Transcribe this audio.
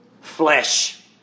flesh